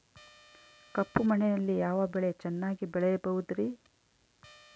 ಕಪ್ಪು ಮಣ್ಣಿನಲ್ಲಿ ಯಾವ ಬೆಳೆ ಚೆನ್ನಾಗಿ ಬೆಳೆಯಬಹುದ್ರಿ?